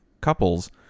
couples